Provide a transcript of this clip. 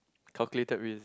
calculated risk